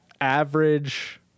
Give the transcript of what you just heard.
average